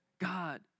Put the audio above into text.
God